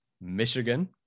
Michigan